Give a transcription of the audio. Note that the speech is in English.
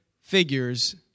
figures